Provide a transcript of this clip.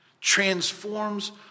transforms